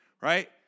right